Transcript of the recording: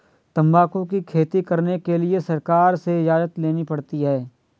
तंबाकू की खेती करने के लिए सरकार से इजाजत लेनी पड़ती है